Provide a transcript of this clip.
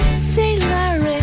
sailor